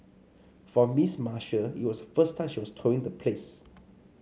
for Miss Marshall it was the first time she was touring the place